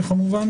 וכמובן,